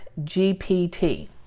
GPT